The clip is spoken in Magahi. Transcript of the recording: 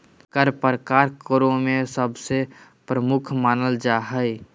कर प्रकार करों में सबसे प्रमुख मानल जा हय